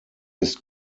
ist